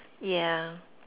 yeah